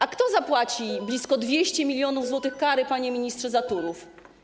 A kto zapłaci blisko 200 mln zł kary, panie ministrze, za Turów?